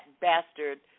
bastard